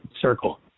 circle